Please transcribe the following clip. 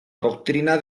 doctrina